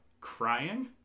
Crying